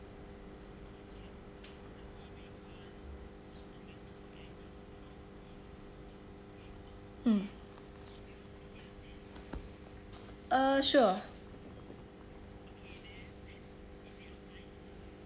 mm uh sure